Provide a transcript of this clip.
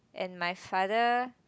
and my father